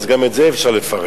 אז גם את זה אפשר לפרק.